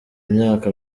myaka